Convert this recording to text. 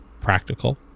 practical